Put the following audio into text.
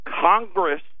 Congress